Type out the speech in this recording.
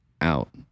out